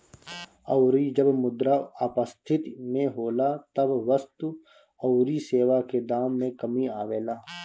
अउरी जब मुद्रा अपस्थिति में होला तब वस्तु अउरी सेवा के दाम में कमी आवेला